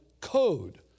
code